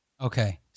Okay